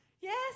Yes